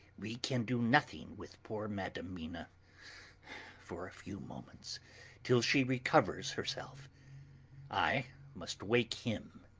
we can do nothing with poor madam mina for a few moments till she recovers herself i must wake him!